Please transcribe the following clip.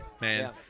man